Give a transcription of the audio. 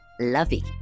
lovey